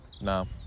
No